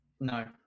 No